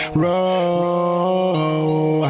roll